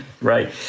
Right